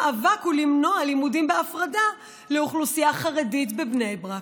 המאבק הוא למנוע לימודים בהפרדה לאוכלוסייה חרדית בבני ברק.